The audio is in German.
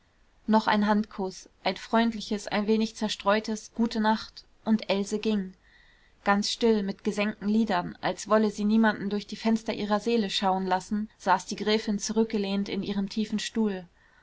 noch ein handkuß ein freundliches ein wenig zerstreutes gute nacht und else ging ganz still mit gesenkten lidern als wolle sie niemanden durch die fenster ihrer seele schauen lassen saß die gräfin zurückgelehnt in ihrem tiefen stuhl